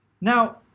Now